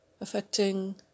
affecting